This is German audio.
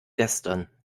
gestern